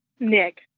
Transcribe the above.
Nick